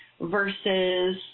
versus